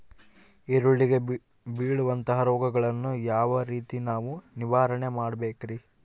ಈರುಳ್ಳಿಗೆ ಬೇಳುವಂತಹ ರೋಗಗಳನ್ನು ಯಾವ ರೇತಿ ನಾವು ನಿವಾರಣೆ ಮಾಡಬೇಕ್ರಿ?